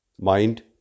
mind